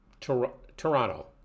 Toronto